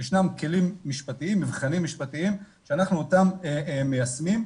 ישנם מבחנים משפטיים שאנחנו אותם מיישמים.